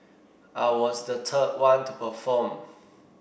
I was the third one to perform